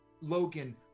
Logan